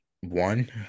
one